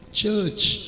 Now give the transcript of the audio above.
church